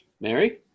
Mary